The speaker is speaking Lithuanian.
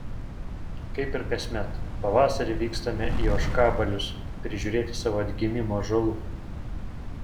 kaip ir kasmet pavasarį vykstame į ožkabalius prižiūrėti savo atgimimo ąžuolų